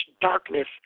darkness